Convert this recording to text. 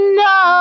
no